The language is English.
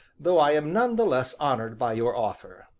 though i am none the less honored by your offer.